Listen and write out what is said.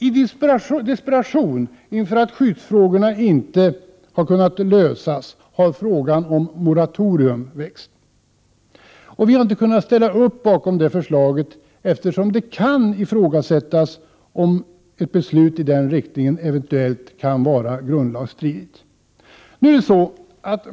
I desperation inför att skyddsfrågorna inte har kunnat lösas har frågan om moratorium väckts. Vi har inte kunnat ställa upp bakom det förslaget, eftersom det kan ifrågasättas om ett beslut i den riktningen eventuellt kan vara grundlagsstridigt.